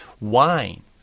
Wine